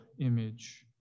image